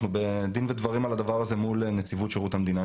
אנחנו בדין ודברים על הדבר הזה מול נציבות שירות המדינה.